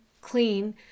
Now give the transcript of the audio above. clean